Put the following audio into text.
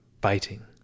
biting